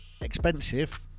expensive